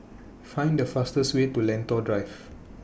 Find The fastest Way to Lentor Drive